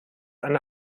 eine